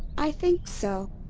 i think so.